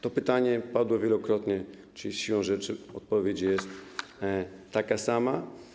To pytanie padło wielokrotnie, czyli siłą rzeczy odpowiedź jest taka sama.